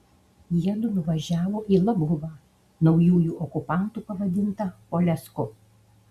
jiedu nuvažiavo į labguvą naujųjų okupantų pavadintą polesku